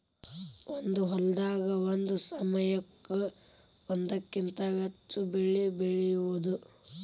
ಒಂದ ಹೊಲದಾಗ ಒಂದ ಸಮಯಕ್ಕ ಒಂದಕ್ಕಿಂತ ಹೆಚ್ಚ ಬೆಳಿ ಬೆಳಿಯುದು